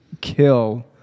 kill